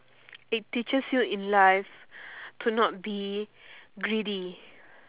it teaches you in life to not be greedy